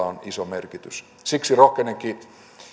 on iso merkitys siksi rohkenenkin